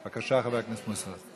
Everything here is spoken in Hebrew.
בבקשה, חבר הכנסת מוסי רז.